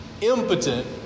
impotent